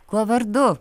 kuo vardu